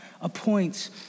appoints